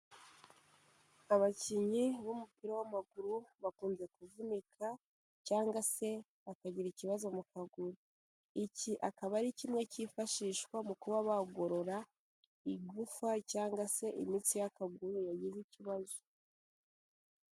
Abakinnyi b'umupira w'amaguru bakunze kuvunika, cyangwa se bakagira ikibazo mu kaguru, iki akaba ari kimwe cyifashishwa mu kuba bagorora igufa, cyangwa se imitsi y'akaguru yagize ibabazo.